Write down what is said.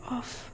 off